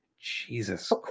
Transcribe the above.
Jesus